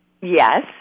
Yes